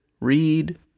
read